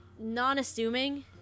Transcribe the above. non-assuming